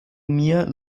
mir